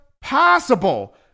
possible